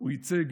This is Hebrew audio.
והוא ייצג,